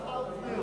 עבודה,